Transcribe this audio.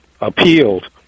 appealed